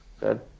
good